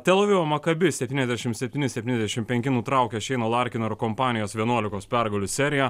tel avivo maccabi septyniasdešim septyni septyniasdešim penki nutraukė šeino larkino ir kompanijos vienuolikos pergalių seriją